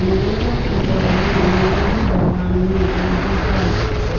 انگریزوں کے دور میں انگریزی زبان نے اردو پر